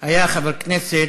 היה חבר כנסת,